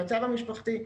המצב המשפחתי,